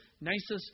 nicest